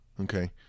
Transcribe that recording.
okay